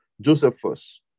Josephus